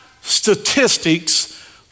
statistics